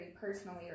personally